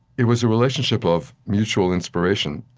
it was a relationship of mutual inspiration,